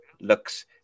looks